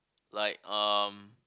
like um